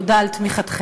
תודה על תמיכתכם.